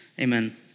Amen